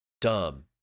Dumb